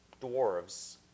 dwarves